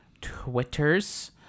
Twitters